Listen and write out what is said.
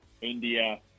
India